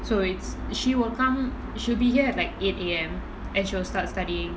so it's she will come she'll be here at like eight A_M and she will start studying